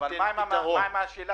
למה ללכת